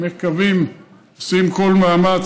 מקווים ועושים כל מאמץ,